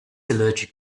allergic